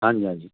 हाँ जी हाँ जी